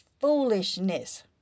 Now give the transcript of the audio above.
foolishness